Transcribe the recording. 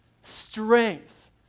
strength